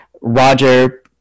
Roger